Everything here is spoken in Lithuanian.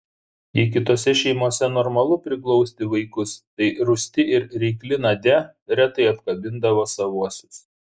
jei kitose šeimose normalu priglausti vaikus tai rūsti ir reikli nadia retai apkabindavo savuosius